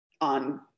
on